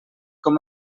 com